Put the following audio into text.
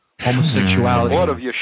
Homosexuality